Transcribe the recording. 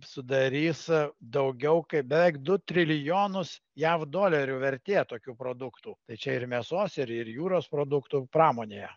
sudarys daugiau kaip beveik du trilijonus jav dolerių vertė tokių produktų tai čia ir mėsos ir ir jūros produktų pramonėje